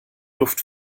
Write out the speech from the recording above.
luft